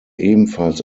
ebenfalls